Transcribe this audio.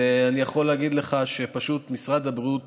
ואני יכול להגיד לך שפשוט משרד הבריאות